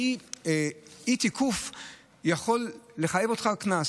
אי-תיקוף יכול לחייב אותך בקנס.